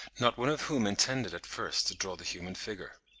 not one of whom intended at first to draw the human figure.